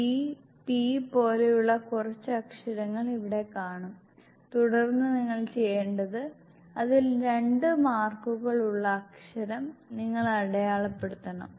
d p പോലെയുള്ള കുറച്ച് അക്ഷരങ്ങൾ ഇവിടെ കാണും തുടർന്ന് നിങ്ങൾ ചെയ്യേണ്ടത് അതിൽ രണ്ട് മാർക്കുകൾ ഉള്ള അക്ഷരം നിങ്ങൾ അടയാളപ്പെടുത്തണം